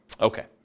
Okay